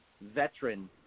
veteran